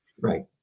Right